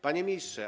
Panie Ministrze!